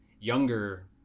younger